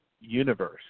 Universe